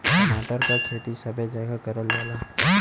टमाटर क खेती सबे जगह करल जाला